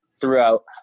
throughout